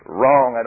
wrong